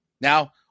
Now